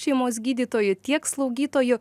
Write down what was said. šeimos gydytoju tiek slaugytoju